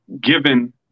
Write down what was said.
given